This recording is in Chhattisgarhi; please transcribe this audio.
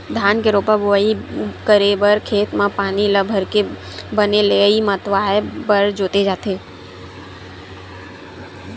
धान के रोपा बोवई करे बर खेत म पानी ल भरके बने लेइय मतवाए बर जोते जाथे